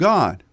God